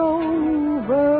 over